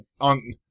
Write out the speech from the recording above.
on